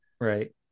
Right